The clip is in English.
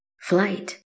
Flight